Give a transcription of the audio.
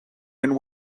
and